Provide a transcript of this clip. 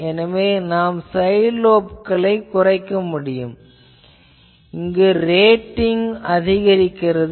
எனவே நாம் சைட் லோப்களை குறைக்க முடியும் இதனால் ரேட்டிங் அதிகரிக்கிறது